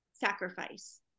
sacrifice